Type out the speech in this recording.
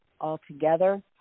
altogether